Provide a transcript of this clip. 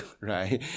right